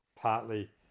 partly